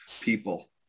people